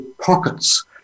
pockets